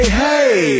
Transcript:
hey